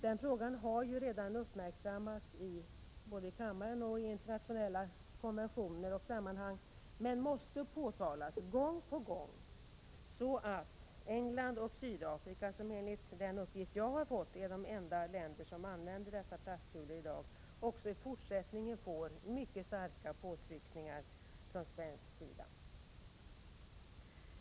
Den frågan har redan uppmärksammats både i kammaren och i internationella konventioner i olika sammanhang men måste tas upp gång på gång, så att England och Sydafrika, som enligt den uppgift jag har fått är de enda länder som använder dessa plastkulor i dag, också i fortsättningen får mycket starka påtryckningar från Sverige.